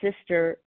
sister